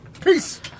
Peace